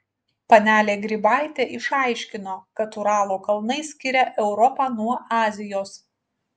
panelė grybaitė išaiškino kad uralo kalnai skiria europą nuo azijos